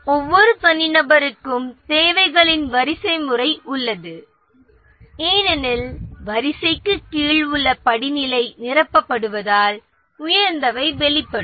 ஒவ்வொரு தனிநபருக்கும் தேவைகளின் வரிசைமுறை உள்ளது ஏனெனில் வரிசைக்கு கீழ் உள்ள படிநிலை நிரப்பப்படுவதால் உயர்ந்தவை வெளிப்படும்